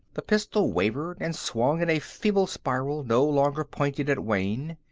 the pistol wavered and swung in a feeble spiral, no longer pointed at wayne.